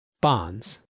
Bonds